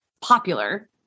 popular